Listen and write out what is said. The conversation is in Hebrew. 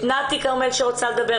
סיכון.